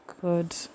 good